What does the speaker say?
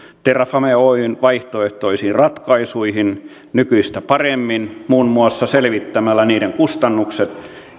terrafame oyn vaihtoehtoisiin ratkaisuihin nykyistä paremmin muun muassa selvittämällä niiden kustannukset